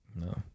No